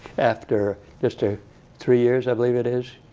after just ah three years, i believe it is,